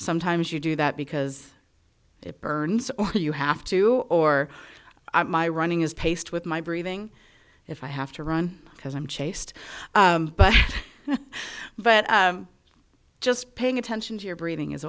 sometimes you do that because it burns or you have to or my running is paced with my breathing if i have to run because i'm chased but but just paying attention to your breathing is